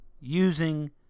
using